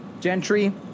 Gentry